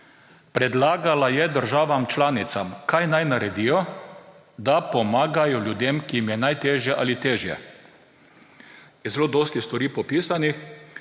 Predlagala je državam članicam, kaj naj naredijo, da pomagajo ljudem, ki jim je najtežje ali težje. Je zelo dosti stvari popisanih,